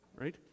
Right